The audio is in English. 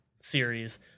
series